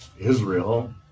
Israel